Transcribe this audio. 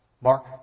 Mark